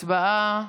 הצבעה.